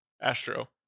Astro